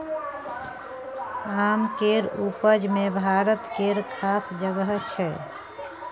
आम केर उपज मे भारत केर खास जगह छै